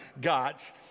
got